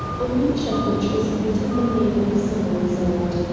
on each of which was written the name of a summer resort.